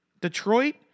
Detroit